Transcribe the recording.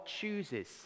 chooses